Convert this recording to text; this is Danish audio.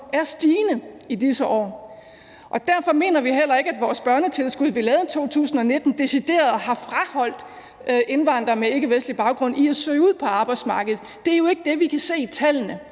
er stigende i disse år. Derfor mener vi heller ikke, at det børnetilskud, som vi lavede i 2019, decideret har afholdt indvandrere med ikkevestlig baggrund fra at søge ud på arbejdsmarkedet. Det er jo ikke det, vi kan se i tallene.